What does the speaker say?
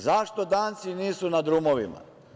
Zašto Danci nisu na drumovima?